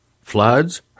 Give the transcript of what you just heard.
floods